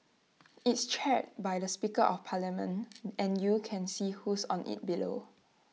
it's chaired by the speaker of parliament and you can see who's on IT below